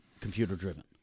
computer-driven